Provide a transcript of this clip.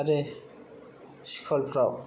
आरो स्खुलफ्राव